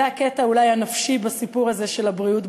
זה הקטע אולי הנפשי בסיפור הזה של הבריאות,